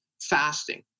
fasting